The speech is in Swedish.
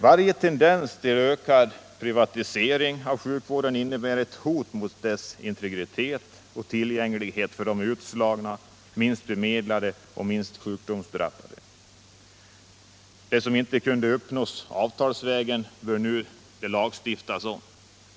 Varje tendens till ökad privatisering av sjukvården innebär ett hot mot dess integritet och tillgänglighet för de utslagna, minst bemedlade och mest sjukdomsdrabbade. Det som inte kunde uppnås avtalsvägen bör det nu lagstiftas om.